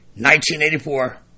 1984